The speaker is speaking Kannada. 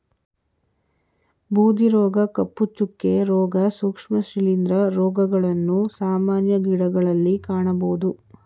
ಬೂದಿ ರೋಗ, ಕಪ್ಪು ಚುಕ್ಕೆ, ರೋಗ, ಸೂಕ್ಷ್ಮ ಶಿಲಿಂದ್ರ ರೋಗಗಳನ್ನು ಸಾಮಾನ್ಯ ಗಿಡಗಳಲ್ಲಿ ಕಾಣಬೋದು